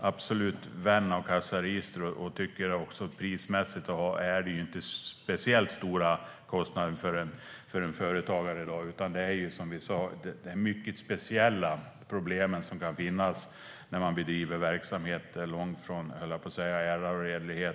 absolut är en vän av kassaregister, som inte heller innebär speciellt stora kostnader för en företagare i dag. Som vi sa gäller frågan de mycket speciella problem som kan finnas när man bedriver verksamhet långt från ära och redlighet, höll jag på att säga.